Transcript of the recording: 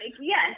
yes